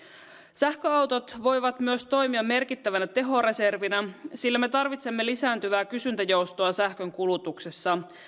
sähköautot voivat myös toimia merkittävänä tehoreservinä sillä me tarvitsemme lisääntyvää kysyntäjoustoa sähkönkulutuksessa